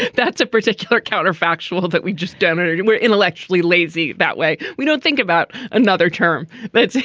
that's a particular counterfactual but we just don't. and we're intellectually lazy that way we don't think about another term but